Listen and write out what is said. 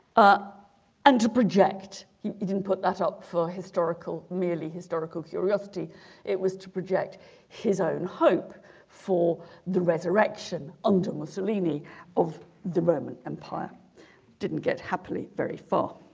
ah and to project he didn't put that up for historical merely historical curiosity it was to project his own hope for the resurrection under mussolini of the roman empire didn't get happily very far